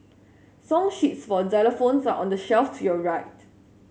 song sheets for xylophones are on the shelf to your right